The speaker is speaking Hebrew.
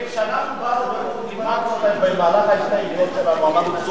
כשאנחנו באנו ונימקנו את ההסתייגויות שלנו ואמרנו,